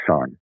son